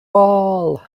all